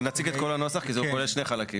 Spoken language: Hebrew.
נציג את כל הנוסח כי זה כולל שני חלקים.